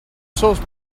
source